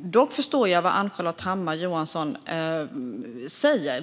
Dock förstår jag vad Ann-Charlotte Hammar Johnsson säger.